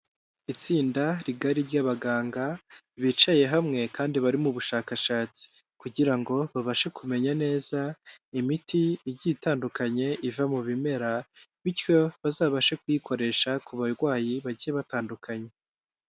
Itsinda rigari ry'abaganga bicaye hamwe kandi bari mu bushakashatsi kugira ngo babashe kumenya neza imiti igiye itandukanye iva mu bimera bityo bazabashe kuyikoresha ku barwayi bagiye batandukanye.